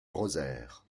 rosaire